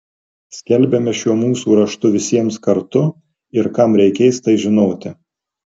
skelbiame šiuo mūsų raštu visiems kartu ir kam reikės tai žinoti